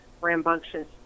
rambunctious